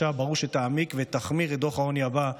ברור שתעמיק ותחמיר את דוח העוני הבא,